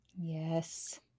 Yes